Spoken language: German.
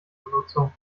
benutzung